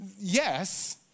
Yes